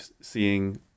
seeing